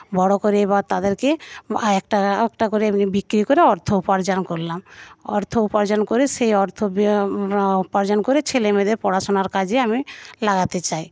বড় করে এবার তাদেরকে একটা একটা করে বিক্রি করে অর্থ উপার্জন করলাম অর্থ উপার্জন করে সেই অর্থ উপার্জন করে ছেলে মেয়েদের পড়াশোনার কাজে আমি লাগাতে চাই